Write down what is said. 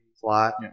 plot